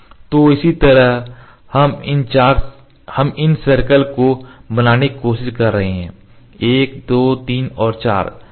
तो इसी तरह हम इन सर्कल को बनाने की कोशिश कर रहे थे 1 2 3 और 4